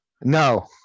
no